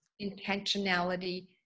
intentionality